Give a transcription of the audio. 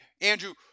Andrew